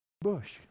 bush